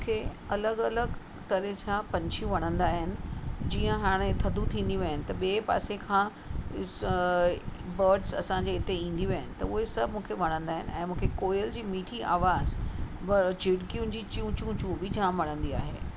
मूंखे अलॻि अलॻि तरह जा पंछियूं वणंदा आहिनि जीअं हाणे थधियूं थींदियूं आहिनि त ॿिए पासे खां बर्ड्स असांजे हिते ईंदियूं आहिनि त उहे सभु मूंखे वणंदा आहिनि ऐं मूंखे कोयल जी मिठी आवाज़ु झिरकियुनि जी चूं चूं चूं बि जामु वणंदी आहे